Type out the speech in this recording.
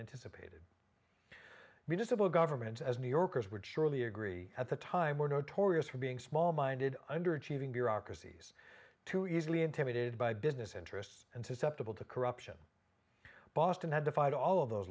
anticipated municipal governments as new yorkers would surely agree at the time were notorious for being small minded underachieving bureaucracies too easily intimidated by business interests and susceptible to corruption boston had defied all of those